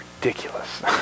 ridiculous